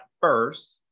first